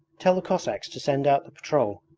tell the cossacks to send out the patrol.